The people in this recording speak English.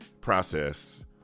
process